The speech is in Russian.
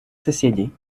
соседей